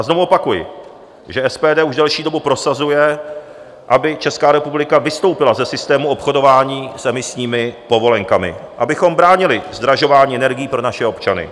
Znovu opakuji, že SPD už delší dobu prosazuje, aby Česká republika vystoupila ze systému obchodování s emisními povolenkami, abychom bránili zdražování energií pro naše občany.